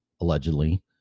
allegedly